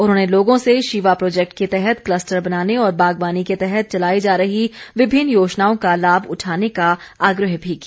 उन्होंने लोगों से शिवा प्रोजैक्ट के तहत क्लस्टर बनाने और बागवानी के तहत चलाई जा रही विभिन्न योजनाओं का लाभ उठाने का आग्रह भी किया